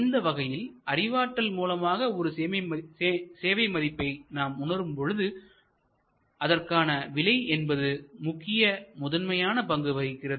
இந்தவகையில் அறிவாற்றல் மூலமாக ஒரு சேவை மதிப்பை நாம் உணரும் பொழு அதற்கான விலை என்பது முக்கிய முதன்மையான பங்கு வகிக்கிறது